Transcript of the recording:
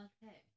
Okay